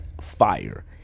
fire